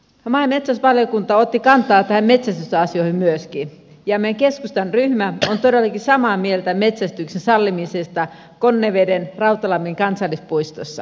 maa ja metsätalousvaliokunta otti kantaa näihin metsästysasioihin myöskin ja meidän keskustan ryhmä on todellakin samaa mieltä metsästyksen sallimisesta konnevedenrautalammin kansallispuistossa